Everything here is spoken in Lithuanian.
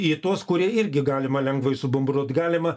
į tuos kurie irgi galima lengvai subombarduot galima